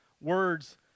words